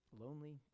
lonely